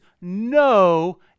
no